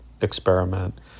experiment